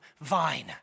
vine